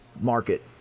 market